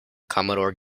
commodore